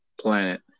planet